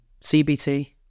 CBT